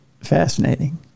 fascinating